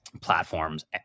platforms